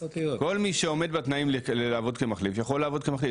כל מי שעומד בתנאים לעבוד כמחליף יכול לעבוד כמחליף,